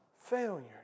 failure